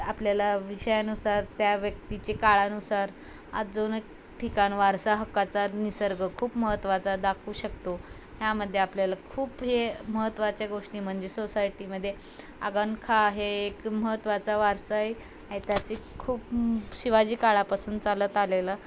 आपल्याला विषयानुसार त्या व्यक्तीचे काळानुसार अजून ठिकाण वारसा हक्काचा निसर्ग खूप महत्वाचा दाखवू शकतो ह्यामध्ये आपल्याला खूप हे महत्त्वाच्या गोष्टी म्हणजे सोसायटीमध्ये आगा न खान हे एक महत्त्वाचा वारसा ई ऐतिहासिक खूप शिवाजी काळापासून चालत आलेलं